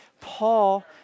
Paul